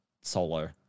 solo